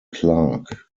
clarke